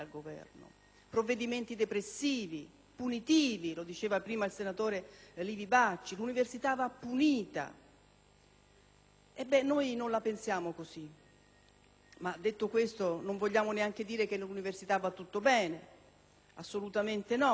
provvedimenti depressivi, punitivi, come ha detto poco fa il senatore Livi Bacci; l'università va punita. Ebbene, noi non la pensiamo così! Detto questo, non vogliamo neanche affermare che nell'università va tutto bene. Assolutamente no.